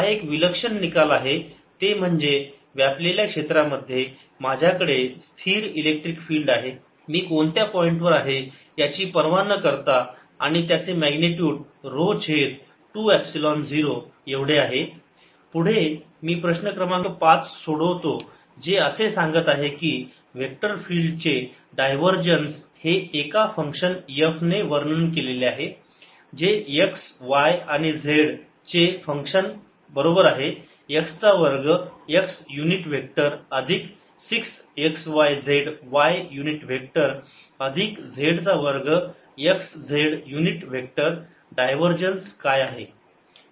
हा एक विलक्षण निकाल आहे ते म्हणजे व्यापलेल्या क्षेत्रामध्ये माझ्याकडे स्थिर इलेक्ट्रिक फील्ड आहे मी कोणत्या पॉईंट वर आहे याची पर्वा न करता आणि त्याचे मॅग्निट्युड ऱ्हो छेद 2 एपसिलोन 0 एवढे आहे E2r220EE1E2ρr1r220a20 पुढे मी प्रश्न क्रमांक पाच सोडवतो जे असे सांगत आहे की व्हेक्टर फिल्ड चे डायव्हर्जन्स जे एका फंक्शन f ने वर्णन केलेले आहे जे x y आणि z चे चे फंक्शन बरोबर आहे x चा वर्ग x युनिट व्हेक्टर अधिक 6 x y z y unit vector अधिक z चा वर्ग x z unit vector divergence काय आहे